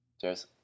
Cheers